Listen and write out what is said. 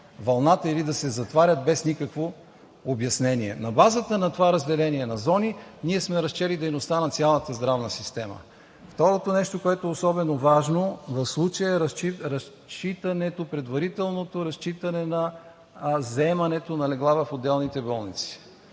вълната или да се затварят без никакво обяснение. На базата на това разделение на зони ние сме разчели дейността на цялата здравна система. Второто нещо, което е особено важно в случая, е предварителното разчитане на заемането на легла в отделните болници.